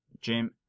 Jim